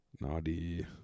Naughty